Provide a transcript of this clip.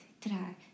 try